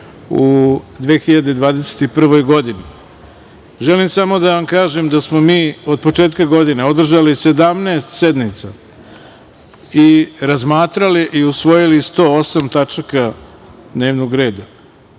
u 2021. godini. Želim samo da vam kažem, da smo mi od početka godine održali 17 sednica i razmatrali i usvojili 108 tačaka dnevnog reda. Želim